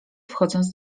wchodząc